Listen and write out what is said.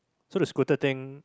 so the scooter thing